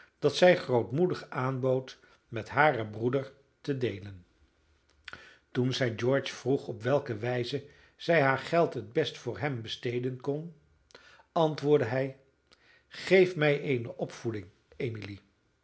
dat zij grootmoedig aanbood met haren broeder te deelen toen zij george vroeg op welke wijze zij haar geld het best voor hem besteden kon antwoordde hij geef mij eene opvoeding emily